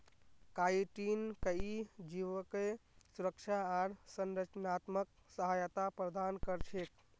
chitin कई जीवके सुरक्षा आर संरचनात्मक सहायता प्रदान कर छेक